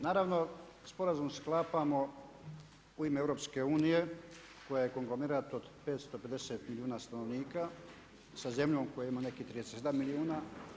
Naravno, sporazum sklapamo u ime EU koja je konglomerat od 550 milijuna stanovnika sa zemljom koja ima nekih 37 milijuna.